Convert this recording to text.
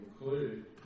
include